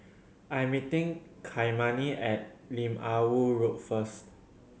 I am meeting Kymani at Lim Ah Woo Road first